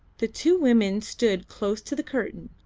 the two women stood close to the curtain,